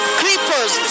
creepers